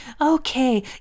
Okay